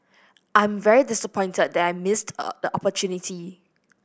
I'm very disappointed that missed a the opportunity